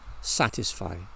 satisfy